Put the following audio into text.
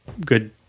good